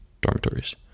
dormitories